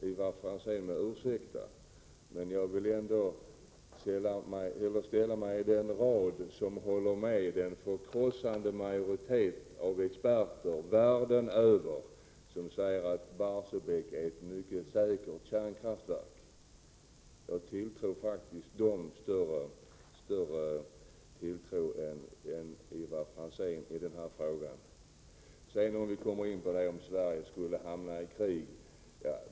Ivar Franzén må ursäkta men jag vill ändå ställa mig i den rad av människor som håller med den förkrossande majoriteten av experter världen över om att Barsebäcksverket är ett mycket säkert kraftverk. Jag hyser faktiskt större tilltro till dem än till Ivar Franzén i denna fråga. Vad händer om Sverige skulle hamna i krig?